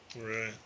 Right